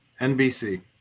NBC